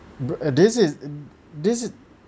uh this is this is